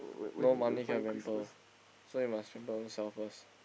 no money cannot pamper so you must pamper own self first